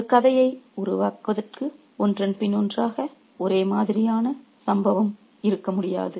ஒரு கதையை உருவாக்குவதற்கு ஒன்றன் பின் ஒன்றாக ஒரே மாதிரியான சம்பவம் இருக்க முடியாது